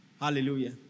Hallelujah